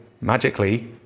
magically